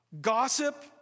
gossip